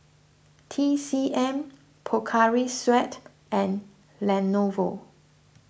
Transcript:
T C M Pocari Sweat and Lenovo